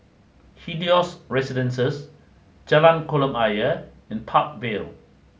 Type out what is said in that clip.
Helios Residences Jalan Kolam Ayer and Park Vale